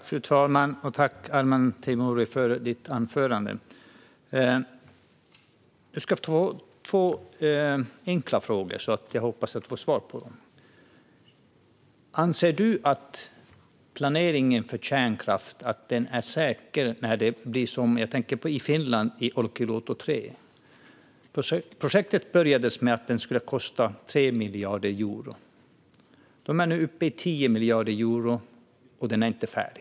Fru talman! Tack, Arman Teimouri, för ditt anförande! Du ska få enkla frågor som jag hoppas få svar på. Anser du att planeringen för kärnkraft är säker? Jag tänker på Olkiluoto 3 i Finland. När projektet inleddes var planen att den skulle kosta 3 miljarder euro. Nu är man uppe i 10 miljarder euro, och den är inte färdig än.